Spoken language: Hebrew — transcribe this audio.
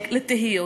לתהות.